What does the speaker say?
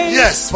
yes